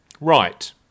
Right